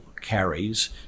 carries